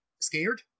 scared